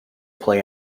play